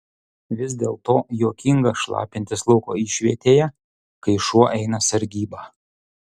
vis dėlto juokinga šlapintis lauko išvietėje kai šuo eina sargybą